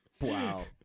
Wow